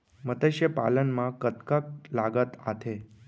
मतस्य पालन मा कतका लागत आथे?